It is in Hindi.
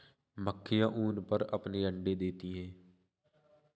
मक्खियाँ ऊन पर अपने अंडे देती हैं